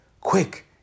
Quick